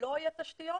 לא יהיו תשתיות,